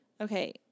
Okay